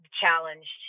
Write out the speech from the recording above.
challenged